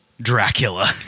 Dracula